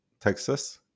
Texas